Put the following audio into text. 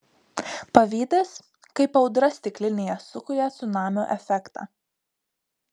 pavydas kaip audra stiklinėje sukuria cunamio efektą